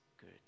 good